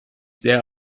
sehr